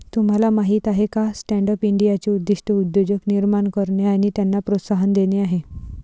तुम्हाला माहीत आहे का स्टँडअप इंडियाचे उद्दिष्ट उद्योजक निर्माण करणे आणि त्यांना प्रोत्साहन देणे आहे